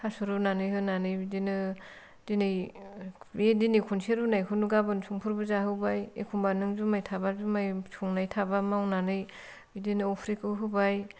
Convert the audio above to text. थास' रुनानै होनानै बिदिनो दिनै खनसे रुनायखौनो गाबोन समफोरबो जाहोबाय एखमब्ला नों जुमाइ थाब्ला जुमाइ संनाय थाब्ला मावनानै अफ्रिखौ होबाय